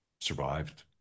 survived